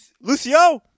Lucio